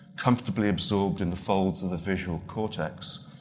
comfortably absorbed in the folds of the visual cortex,